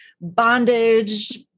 bondage